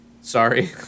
sorry